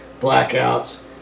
blackouts